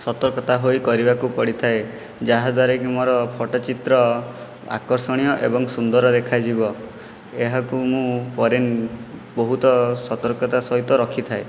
ସତର୍କତା ହୋଇ କରିବାକୁ ପଡ଼ିଥାଏ ଯାହାଦ୍ୱାରାକି ମୋର ଫଟୋଚିତ୍ର ଆକର୍ଷଣୀୟ ଏବଂ ସୁନ୍ଦର ଦେଖାଯିବ ଏହାକୁ ମୁଁ ପରେ ବହୁତ ସତର୍କତା ସହିତ ରଖିଥାଏ